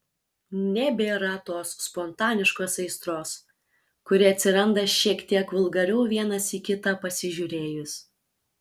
nebėra tos spontaniškos aistros kuri atsiranda šiek tiek vulgariau vienas į kitą pasižiūrėjus